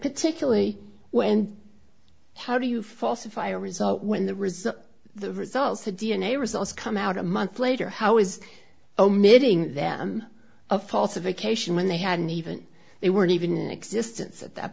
particularly when how do you falsify a result when the result the results the d n a results come out a month later how is omitting them a false a vacation when they hadn't even they weren't even in existence at that